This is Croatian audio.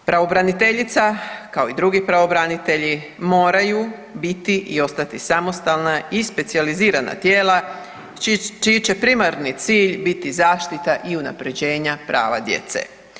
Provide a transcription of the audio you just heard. Pravobraniteljica, kao i drugi pravobranitelji moraju biti i ostati samostalna i specijalizirana tijela čiji će primarni cilj biti zaštita i unaprjeđenja prava djece.